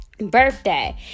Birthday